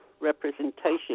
Representation